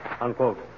unquote